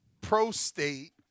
Prostate